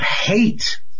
hate